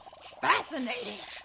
Fascinating